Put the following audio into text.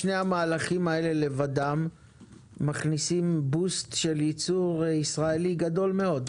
שני המהלכים האלה לבדם מכניסים בוסט של ייצור ישראלי גדול מאוד.